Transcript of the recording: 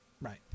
right